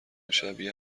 شبیه